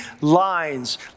lines